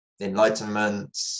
enlightenment